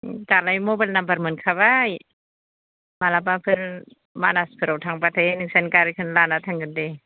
दालाय mobile number मोनखाबाय मालाबाफोर मानासफ्राव थांबाथाय नोंस्रानि गारिखौनो लानानै थांगोन दे